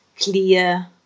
clear